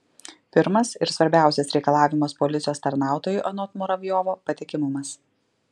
pirmas ir svarbiausias reikalavimas policijos tarnautojui anot muravjovo patikimumas